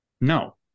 No